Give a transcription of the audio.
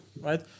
right